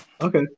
Okay